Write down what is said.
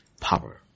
power